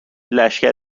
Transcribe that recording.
لشکر